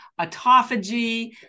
autophagy